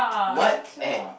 what at